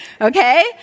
Okay